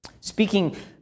Speaking